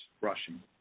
rushing